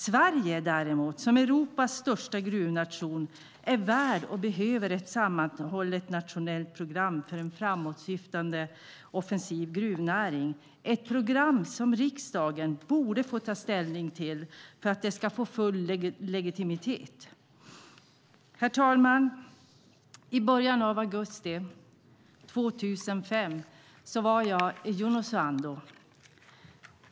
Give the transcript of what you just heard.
Sverige däremot, som Europas största gruvnation, är värd och behöver ett sammanhållet nationellt program för en framåtsyftande, offensiv gruvnäring, ett program som riksdagen borde få ta ställning till för att det ska få full legitimitet. Herr talman! I början av augusti 2005 var jag i Junosuando.